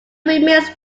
remains